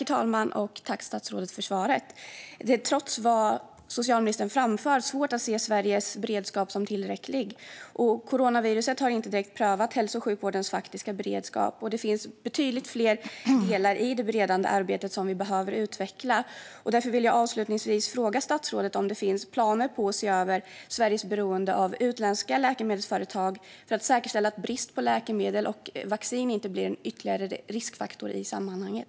Herr talman! Tack, socialministern, för svaret! Det är, trots det socialministern framför, svårt att se Sveriges beredskap som tillräcklig. Dessutom har coronaviruset inte direkt prövat hälso och sjukvårdens faktiska beredskap. Det finns betydligt fler delar i det förberedande arbetet som vi behöver utveckla. Därför vill jag avslutningsvis fråga socialministern om det finns planer på att se över Sveriges beroende av utländska läkemedelsföretag, för att säkerställa att brist på läkemedel och vaccin inte blir ytterligare en riskfaktor i sammanhanget.